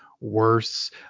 worse